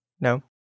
No